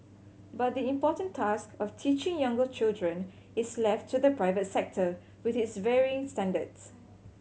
but the important task of teaching younger children is left to the private sector with its varying standards